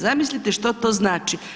Zamislite što to znači.